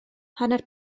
hanner